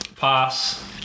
Pass